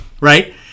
right